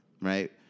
right